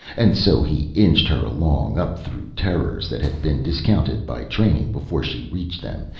and so he inched her along up through terrors that had been discounted by training before she reached them,